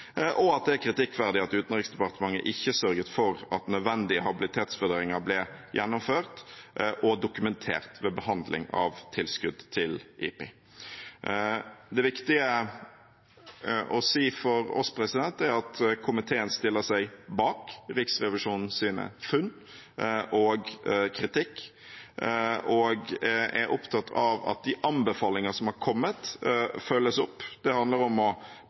ikke sørget for at nødvendige habilitetsvurderinger ble gjennomført og dokumentert ved behandling av tilskudd til IPI. Det viktige å si for oss, er at komiteen stiller seg bak Riksrevisjonens funn og kritikk, og at vi er opptatt av at de anbefalinger som har kommet, følges opp. Det handler om å